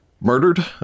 murdered